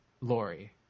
Lori